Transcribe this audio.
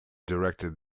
directed